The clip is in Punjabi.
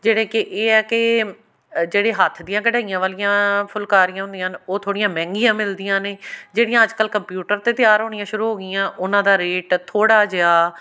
ਜਿਹੜੇ ਕਿ ਇਹ ਹੈ ਕਿ ਜਿਹੜੇ ਹੱਥ ਦੀਆਂ ਕਢਾਈਆਂ ਵਾਲੀਆਂ ਫੁਲਕਾਰੀਆਂ ਹੁੰਦੀਆਂ ਹਨ ਉਹ ਥੋੜ੍ਹੀਆਂ ਮਹਿੰਗੀਆਂ ਮਿਲਦੀਆਂ ਨੇ ਜਿਹੜੀਆਂ ਅੱਜ ਕੱਲ੍ਹ ਕੰਪਿਊਟਰ 'ਤੇ ਤਿਆਰ ਹੋਣੀਆਂ ਸ਼ੁਰੂ ਹੋ ਗਈਆਂ ਉਹਨਾਂ ਦਾ ਰੇਟ ਥੋੜ੍ਹਾ ਜਿਹਾ